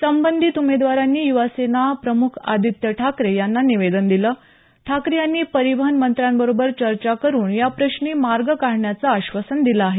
संबंधीत उमेदवारांनी युवासेना प्रमुख आदित्य ठाकरे यांना निवेदन दिलं ठाकरे यांनी परिवहन मंत्र्याबरोबर चर्चा करुन या प्रश्नी मार्ग काढण्याचं आश्वासन दिलं आहे